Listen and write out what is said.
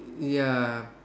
ya